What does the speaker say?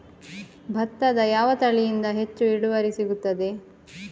ಭತ್ತದ ಯಾವ ತಳಿಯಿಂದ ಹೆಚ್ಚು ಇಳುವರಿ ಸಿಗುತ್ತದೆ?